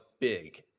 big